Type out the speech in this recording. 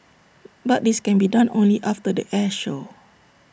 but this can be done only after the air show